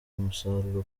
umusaruro